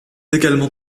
également